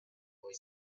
boy